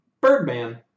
Birdman